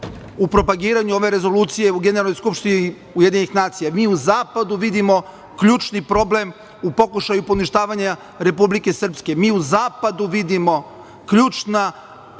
u propagiranju ove rezolucije u generalnoj skupštini UN, mi u zapadu vidimo ključni problem u pokušaju poništavanja Republike Srpske. Mi u zapadu vidimo ključna,